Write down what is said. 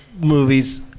movies